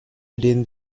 within